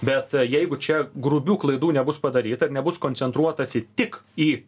bet jeigu čia grubių klaidų nebus padaryta ir nebus koncentruotasi tik į